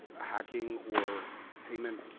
hacking or payment